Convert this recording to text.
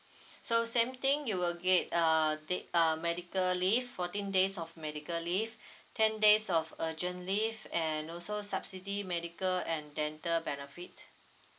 so same thing you will get uh day uh medical leave fourteen days of medical leave ten days of urgent leave and also subsidy medical and dental benefit